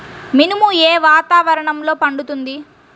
మినుము ఏ వాతావరణంలో పండుతుంది?